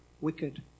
Wicked